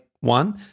one